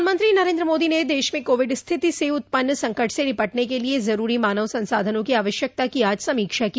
प्रधानमंत्री नरेन्द्र मोदी ने देश में कोविड स्थिति से उत्पन्न संकट से निपटने के लिए जरूरी मानव संसाधनों की आवश्यकता की आज समीक्षा की